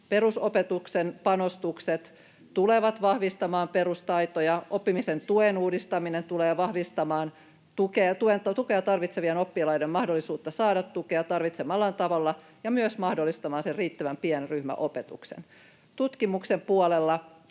Perusopetuksen panostukset tulevat vahvistamaan perustaitoja. Oppimisen tuen uudistaminen tulee vahvistamaan tukea tarvitsevien oppilaiden mahdollisuutta saada tukea tarvitsemallaan tavalla ja myös mahdollistamaan sen riittävän pienryhmäopetuksen. Tutkimuksen puolella